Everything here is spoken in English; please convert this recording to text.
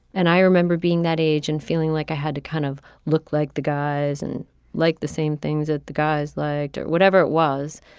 and i remember being that age and feeling like i had to kind of look like the guys and like the same things that the guys liked or whatever it was.